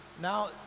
Now